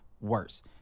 worse